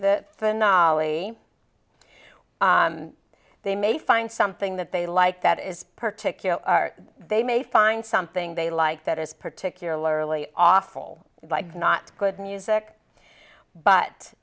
the finale they may find something that they like that is particular they may find something they like that is particularly awful like not good music but